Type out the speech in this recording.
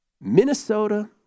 Minnesota